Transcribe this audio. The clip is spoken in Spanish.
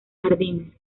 jardines